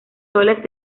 soles